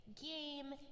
Game